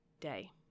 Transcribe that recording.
day